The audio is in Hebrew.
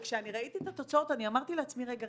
וכשאני ראיתי את התוצאות אני אמרתי לעצמי: רגע,